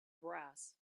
brass